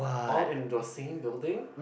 all in the same building